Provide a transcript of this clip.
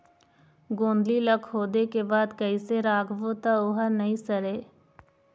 गोंदली ला खोदे के बाद कइसे राखबो त ओहर नई सरे?